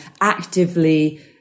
actively